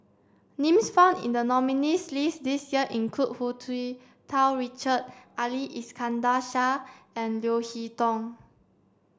names found in the nominees' list this year include Hu Tsu Tau Richard Ali Iskandar Shah and Leo Hee Tong